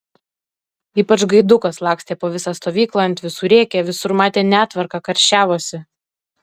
ypač gaidukas lakstė po visą stovyklą ant visų rėkė visur matė netvarką karščiavosi